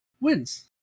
wins